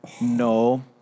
No